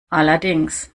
allerdings